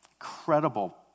Incredible